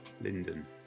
Linden